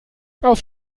auf